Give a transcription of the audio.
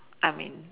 I mean